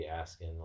asking